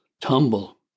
tumble